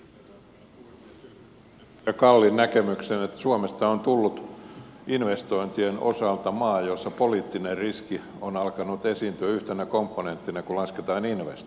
yhdyn edustaja kallin näkemykseen että suomesta on tullut investointien osalta maa jossa poliittinen riski on alkanut esiintyä yhtenä komponenttina kun lasketaan investointeja